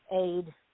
aid